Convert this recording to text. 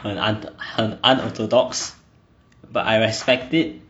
很 un~ 很 unorthodox but I respect it